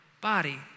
body